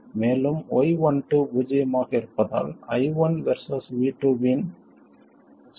மேலும் y12 பூஜ்ஜியமாக இருப்பதால் I1 வெர்சஸ் V2 இன் இன் சிலோப்ம் பூஜ்ஜியமாகும்